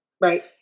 Right